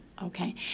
Okay